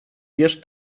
wiesz